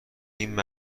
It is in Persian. این